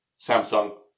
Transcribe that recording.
Samsung